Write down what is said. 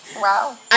Wow